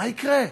מה יקרה?